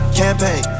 campaign